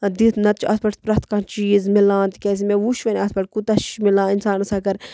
دِتھ نَتہٕ چھُ اَتھ پٮ۪ٹھ پرٮ۪تھ کانٛہہ چیٖز مِلان تِکیٛازِ مےٚ وٕچھ وَنہِ اَتھ پٮ۪ٹھ کوٗتاہ چھُ مِلان اِنسانس اگر